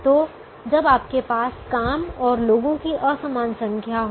तो जब आपके पास काम और लोगों की असमान संख्या हो